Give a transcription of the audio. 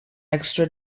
extra